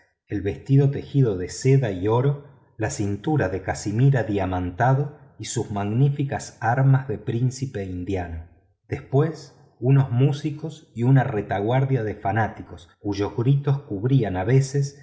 el vestido tejido de seda y oro el cinturón de cachemir adiamantado y sus magníficas armas de príncipe hindú después unos músicos y una retaguardia de fanáticos cuyos gritos cubrían a veces